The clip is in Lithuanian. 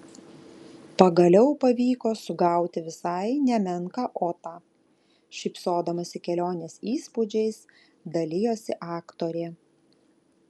pagaliau pavyko sugauti visai nemenką otą šypsodamasi kelionės įspūdžiais dalijosi aktorė